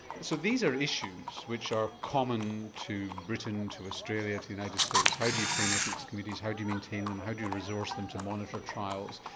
so these are issues which are common to britain, australia, to the united states, how do you train ethics committees, how do you maintain them, how do you resource them to monitor trials.